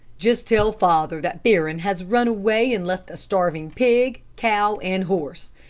just tell father that barron has run away and left a starving pig, cow, and horse.